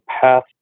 path